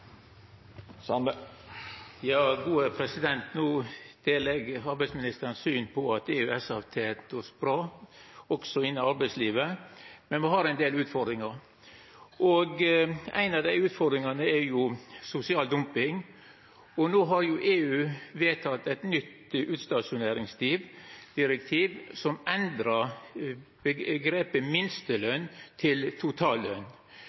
arbeidsministerens syn på at EØS har tent oss bra, også innan arbeidslivet, men me har ein del utfordringar. Ei av dei utfordringane er sosial dumping. No har EU vedteke eit nytt utstasjoneringsdirektiv som endrar